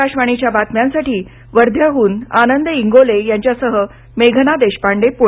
आकाशवाणीच्या बातम्यांसाठी वध्याहून आनंद इंगोले यांच्यासह मेघना देशपांडे पुणे